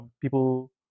people